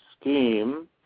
scheme